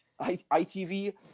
ITV